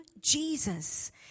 Jesus